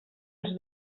ens